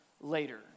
later